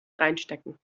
reinstecken